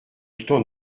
temps